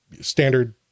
standard